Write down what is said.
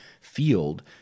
field